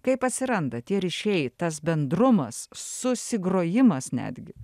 kaip atsiranda tie ryšiai tas bendrumas susigrojimas netgi